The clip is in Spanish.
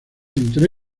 entre